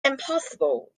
impossible